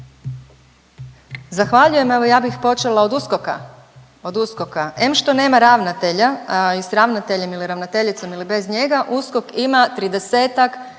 Zahvaljujem. Evo ja bih počela od USKOK-a. Em što nema ravnatelja i sa ravnateljem ili ravnateljicom ili bez njega USKOK ima